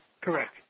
Correct